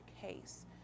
case